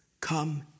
Come